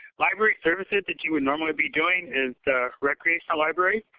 library services that you would normally be doing is recreational library